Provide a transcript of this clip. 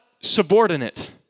subordinate